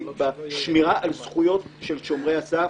בשמירה על הזכויות של שומרי הסף.